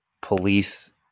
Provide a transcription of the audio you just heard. police